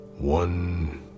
one